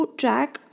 track